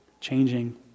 Changing